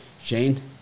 Shane